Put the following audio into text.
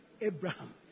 Abraham